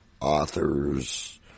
authors